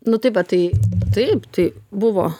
nu tai va tai taip tai buvo